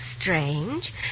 Strange